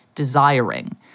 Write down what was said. desiring